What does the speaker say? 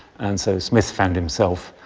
and so, smith found himself,